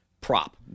Prop